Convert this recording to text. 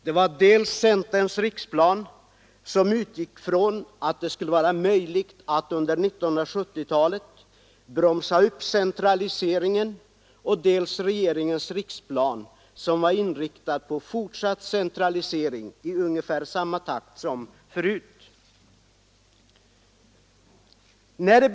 Det var dels centerns riksplan som utgick från att det skulle vara möjligt att under 1970-talet bromsa upp centraliseringen, dels regeringens riksplan som var inriktad på fortsatt centralisering i ungefär samma takt som förut.